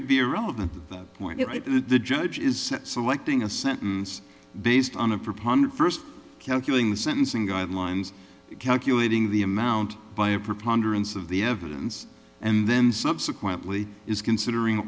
would be irrelevant that point the judge is set selecting a sentence based on a proponent first calculating the sentencing guidelines calculating the amount by a preponderance of the evidence and then subsequently is considering